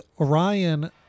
Orion